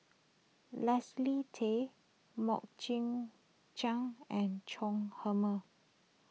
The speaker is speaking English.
Leslie Tay Mok Jing Jang and Chong Heman